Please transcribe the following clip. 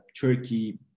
Turkey